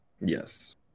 Yes